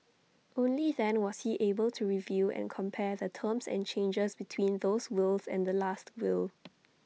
only then was he able to review and compare the terms and changes between those wills and the Last Will